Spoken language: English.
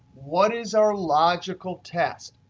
what is our logical test?